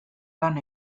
lan